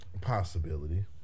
Possibility